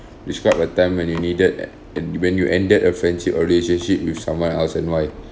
describe a time when you needed a~ and when you ended a friendship or relationship with someone else and why